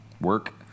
work